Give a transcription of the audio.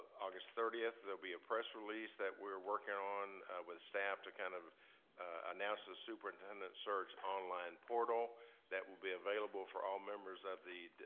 august thirty, there'll be a press release that we're working on with staff to kind of announce the superintendent search online portal that will be available for all members of the,